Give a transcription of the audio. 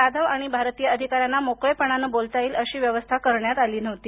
जाधव आणि भारतीय अधिका यांना मोकळेपणाने बोलता येईल अशी व्यवस्था करण्यात आली नव्हती